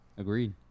Agreed